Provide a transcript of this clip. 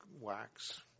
wax